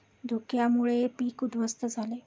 धुक्यामुळे पीक उध्वस्त झाले